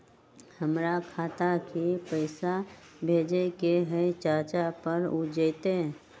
हमरा खाता के पईसा भेजेए के हई चाचा पर ऊ जाएत?